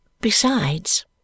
Besides